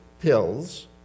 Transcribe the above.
pills